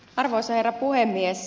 arvoisa herra puhemies